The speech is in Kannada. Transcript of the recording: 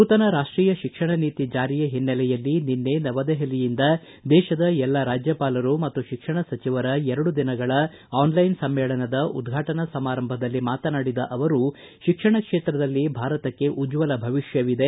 ನೂತನ ರಾಷ್ಷೀಯ ಶಿಕ್ಷಣ ನೀತಿ ಜಾರಿಯ ಓನ್ನೆಲೆಯಲ್ಲಿ ನಿನ್ನೆ ನವದೆಹಲಿಯಿಂದ ದೇತದ ಎಲ್ಲ ರಾಜ್ಯಪಾಲರು ಮತ್ತು ಶಿಕ್ಷಣ ಸಚಿವರ ಎರಡು ದಿನಗಳ ಆನ್ಲೈನ್ ಸಮ್ಮೇಳನದ ಉದ್ಘಾಟನಾ ಸಮಾರಂಭದಲ್ಲಿ ಮಾತನಾಡಿದ ಅವರು ಶಿಕ್ಷಣ ಕ್ಷೇತ್ರದಲ್ಲಿ ಭಾರತಕ್ಕೆ ಉಜ್ವಲ ಭವಿಷ್ಕವಿದೆ